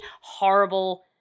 horrible